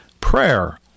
prayer